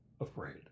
afraid